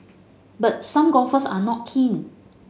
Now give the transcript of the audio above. but some golfers are not keen